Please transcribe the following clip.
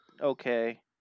okay